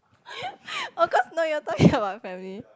oh cause no you were talking about family